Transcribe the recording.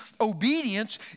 Obedience